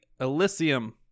Elysium